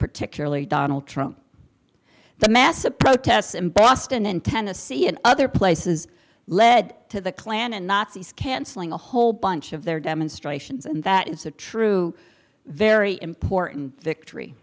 particularly donald trump the massive protests in boston in tennessee and other places led to the klan and nazis canceling a whole bunch of their demonstrations and that is a true very important victory